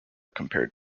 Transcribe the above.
compared